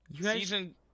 Season